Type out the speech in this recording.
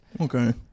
Okay